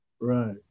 Right